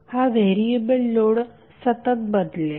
हा variable load सतत बदलेल